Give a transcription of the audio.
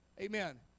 Amen